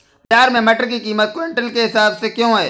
बाजार में मटर की कीमत क्विंटल के हिसाब से क्यो है?